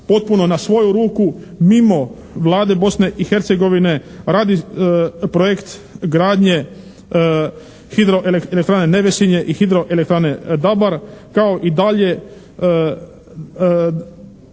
potpuno na svoju ruku mimo Vlade Bosne i Hercegovine radi projekt gradnje hidroelektrane "Nevesinje" i hidroelektrane "Dabar", kao i do